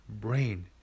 brain